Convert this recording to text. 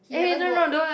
he haven't go